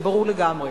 זה ברור לגמרי.